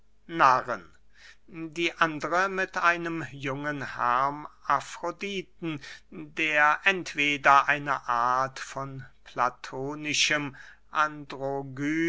narren die andere mit einem jungen hermafroditen der entweder eine art von platonischem